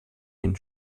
den